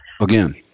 Again